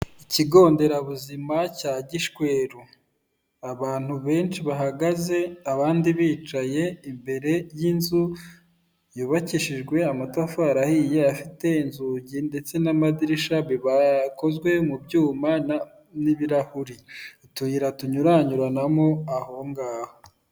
Ikigo nderabuzima cya Gishweru abantu benshi bahagaze abandi bicaye imbere y'inzu yubakishijwe amatafari ahiye afite inzugi ndetse n'amadirishya bikozwe mu byuma n'ibirahuri utuyira tunyuranyuranamo ahongaho .